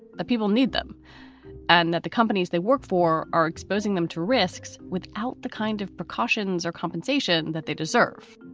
the people need them and that the companies they work for are exposing them to risks without the kind of precautions or compensation that they deserve.